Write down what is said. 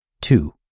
Two